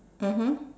mmhmm